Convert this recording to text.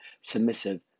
submissive